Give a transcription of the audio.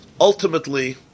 ultimately